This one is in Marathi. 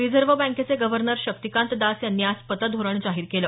रिझर्व्ह बँकेचे गव्हर्नर शक्तिकांत दास यांनी आज पतधोरण जाहीर केलं